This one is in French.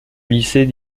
lycée